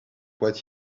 what